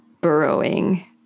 burrowing